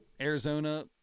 Arizona